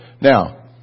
Now